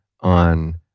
on